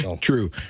True